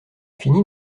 finit